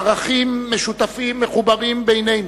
ערכים משותפים מחברים בינינו.